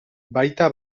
baita